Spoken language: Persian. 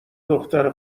دختر